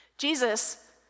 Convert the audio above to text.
Jesus